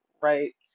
right